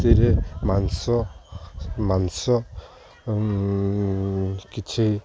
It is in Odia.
ମାଂସ ମାଂସ କିଛି